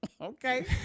Okay